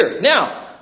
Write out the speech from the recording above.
now